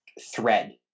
thread